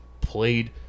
played